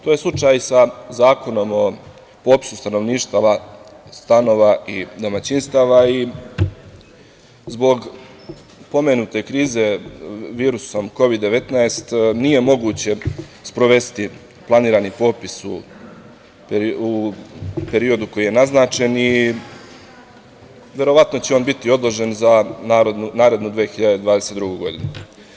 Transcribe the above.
To je slučaj za Zakonom o popisu stanovništva, stanova i domaćinstava i zbog pomenute krize virusom Kovid 19 nije moguće sprovesti planirani popis u periodu koji je naznačen i verovatno će on biti odložen za narednu 2022. godinu.